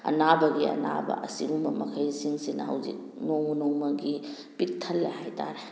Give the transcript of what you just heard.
ꯑꯅꯥꯕꯒꯤ ꯑꯅꯥꯕ ꯑꯁꯤꯒꯨꯝꯕ ꯃꯈꯩꯁꯤꯡꯁꯤꯅ ꯍꯧꯖꯤꯛ ꯅꯣꯡꯃ ꯅꯣꯡꯃꯒꯤ ꯄꯤꯛ ꯊꯜꯂꯦ ꯍꯥꯏꯇꯥꯔꯦ